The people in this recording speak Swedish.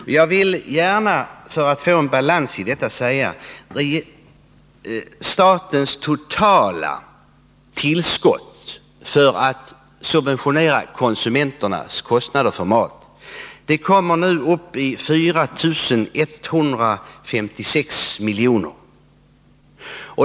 För att balansera vad som har sagts vill jag gärna nämna att statens totala tillskott för att subventionera konsumenternas kostnader för mat nu kommer upp i 4156 miljoner.